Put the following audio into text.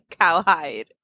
cowhide